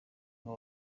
ngo